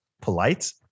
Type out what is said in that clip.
polite